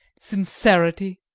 sincerity!